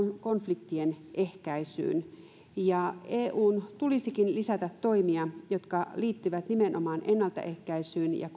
konfliktien ehkäisyyn eun tulisikin lisätä toimia jotka liittyvät nimenomaan ennaltaehkäisyyn ja